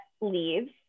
leaves